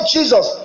Jesus